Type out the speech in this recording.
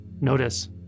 notice